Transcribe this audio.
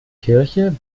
kirche